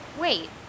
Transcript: Wait